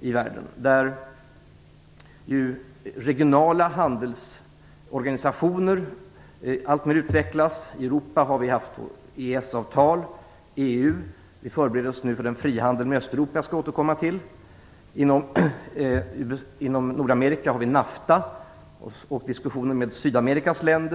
i världen, där regionala handelsorganisationer utvecklas alltmer. I Europa har vi EES-avtal och EU, och vi förbereder oss nu för den frihandel med Östeuropa som jag skall återkomma till. I Nordamerika finns Nafta. Det pågår en diskussion med Sydamerikas länder.